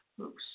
Oops